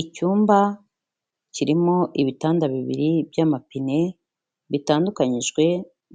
Icyumba kirimo ibitanda bibiri by'amapine bitandukanyijwe